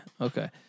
okay